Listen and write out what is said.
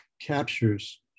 captures